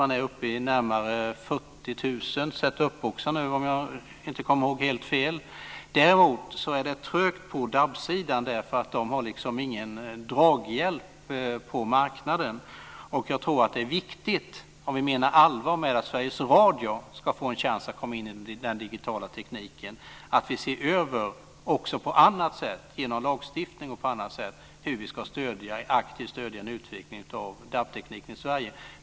Man är uppe i närmare 40 000 set up-boxar nu, om jag inte kommer ihåg helt fel. Däremot är det trögt på DAB-sidan därför att man inte har någon draghjälp på marknaden. Om vi menar allvar med att Sveriges Radio ska få en chans att komma in i den digitala tekniken tror jag att det är viktigt att vi genom lagstiftning och på annat sätt ser över hur vi aktivt ska stödja en utveckling av DAB tekniken i Sverige.